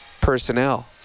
personnel